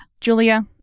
Julia